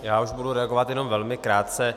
Já už budu reagovat jenom velmi krátce.